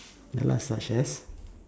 the last